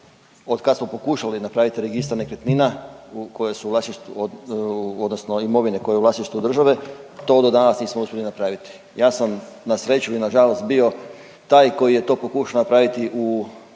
od kad smo pokušali napraviti registar nekretnina koje su u vlasništvu odnosno imovine koja je u vlasništvu države to do danas nismo uspjeli napraviti. Ja sam na sreću ili nažalost bio taj koji je to pokušao napraviti u